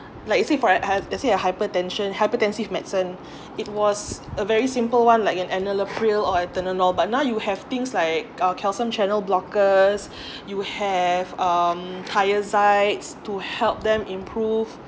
like say for a hy~ like say a hypertension hypertensive medicine it was a very simple one like enalapril or atenolol but now you have things like uh calcium channel blockers you have um thiazides to help them improve